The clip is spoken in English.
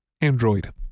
Android